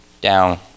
down